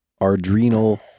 adrenal